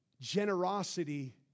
generosity